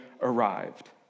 arrived